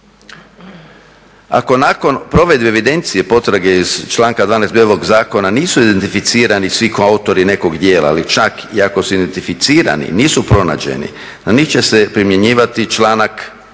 Ako nakon provedbe evidencije potrage iz članka 12.b ovog zakona nisu identificirani svi koautori nekog djela ili čak i ako su identificirani nisu pronađeni, na njih će se primjenjivati članak